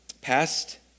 Past